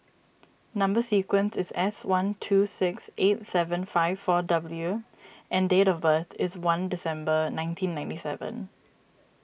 Number Sequence is S one two six eight seven five four W and date of birth is one December nineteen ninety seven